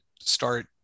start